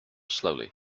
slowly